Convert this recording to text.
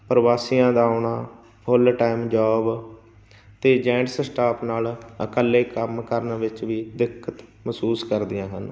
ਪ੍ਰਵਾਸੀਆਂ ਦਾ ਆਉਣਾ ਫੁੱਲ ਟਾਈਮ ਜੋਬ ਅਤੇ ਜੈਂਟਸ ਸਟਾਫ ਨਾਲ ਇਕੱਲੇ ਕੰਮ ਕਰਨ ਵਿੱਚ ਵੀ ਦਿੱਕਤ ਮਹਿਸੂਸ ਕਰਦੀਆਂ ਹਨ